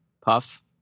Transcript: puff